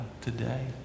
today